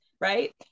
right